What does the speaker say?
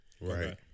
right